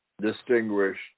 distinguished